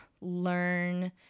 learn